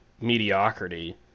mediocrity